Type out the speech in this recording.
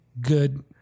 good